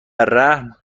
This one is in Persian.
رحم